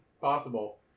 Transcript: possible